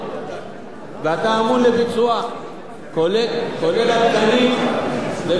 ואתה אמון על ביצועה, כולל התקנים ומה שצריך לכך.